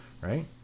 Right